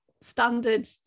standard